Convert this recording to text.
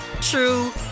true